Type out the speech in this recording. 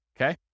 Okay